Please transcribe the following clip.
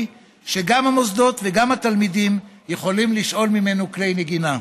שגם המוסדות וגם התלמידים יכולים לשאול ממנו כלי נגינה.